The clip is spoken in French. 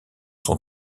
son